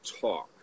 talk